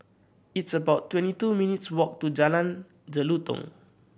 it's about twenty two minutes walk to Jalan Jelutong